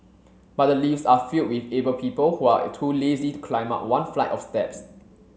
but the lifts are filled with able people who are too lazy to climb up one flight of steps